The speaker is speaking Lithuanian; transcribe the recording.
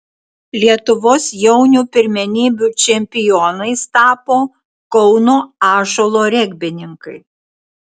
lietuvos jaunių pirmenybių čempionais tapo kauno ąžuolo regbininkai